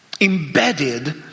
embedded